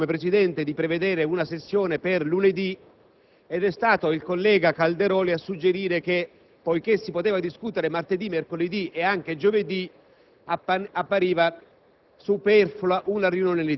Addirittura io, come Presidente, avevo chiesto di prevedere una sessione per lunedì ed è stato il collega Calderoli a suggerire che, poiché si poteva discutere martedì, mercoledì e anche giovedì, appariva